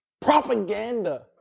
Propaganda